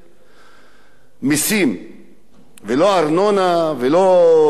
מסים ולא ארנונה, ולא כפי שאמרו עכשיו,